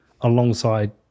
alongside